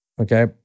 okay